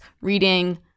reading